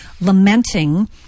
lamenting